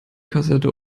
kassette